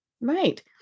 Right